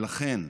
ולכן,